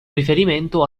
riferimento